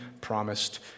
promised